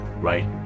right